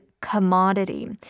commodity